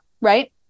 right